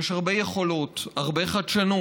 יש הרבה יכולות, הרבה חדשנות.